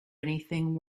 anything